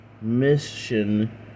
mission